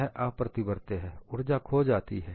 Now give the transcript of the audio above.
यह अप्रतिवर्त्य है ऊर्जा खो जाती है